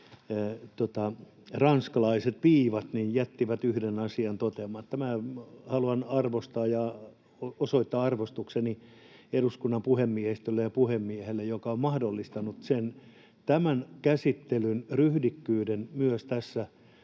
ranskalaiset viivat, niin ne jättivät yhden asian toteamatta: minä haluan arvostaa ja osoittaa arvostukseni eduskunnan puhemiehistölle ja puhemiehelle, joka on mahdollistanut tämän käsittelyn ryhdikkyyden myös tässä